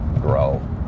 grow